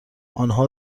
آنها